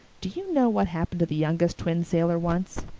do you know what happened to the youngest twin sailor once?